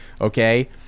okay